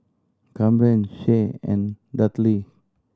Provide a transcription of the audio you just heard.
Camren Shae and Dudley